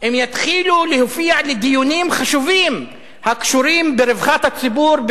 אם יתחילו להופיע לדיונים חשובים הקשורים ברווחת הציבור,